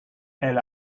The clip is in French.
elle